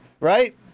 right